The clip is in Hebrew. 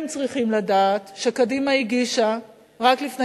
הם צריכים לדעת שקדימה הגישה רק לפני